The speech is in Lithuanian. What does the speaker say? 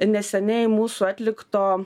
neseniai mūsų atlikto